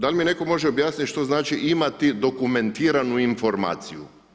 Da li mi netko može objasniti što znači – imati dokumentiranu informaciju?